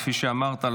כפי שאמרת,